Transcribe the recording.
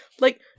Like-